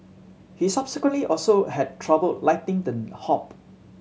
he subsequently also had trouble lighting them hob